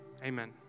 Amen